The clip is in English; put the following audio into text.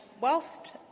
whilst